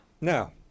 No